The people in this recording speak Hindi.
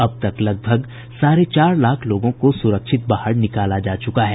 अब तक लगभग साढ़े चार लाख लोगों को सुरक्षित बाहर निकाला जा चुका है